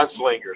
gunslingers